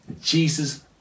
Jesus